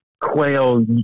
quail